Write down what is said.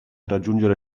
raggiungere